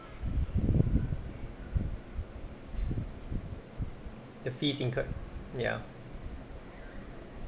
the fees incurred ya